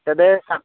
तद् स